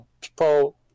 people